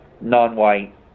non-white